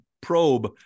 probe